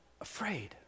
afraid